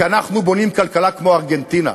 כי אנחנו בונים כלכלה כמו ארגנטינה: